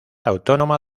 autónoma